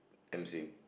emceeing